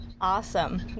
Awesome